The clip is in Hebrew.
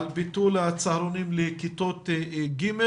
על ביטול הצהרונים לכיתות ג'.